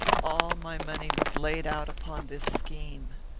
all my money was laid out upon this scheme.